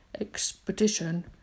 Expedition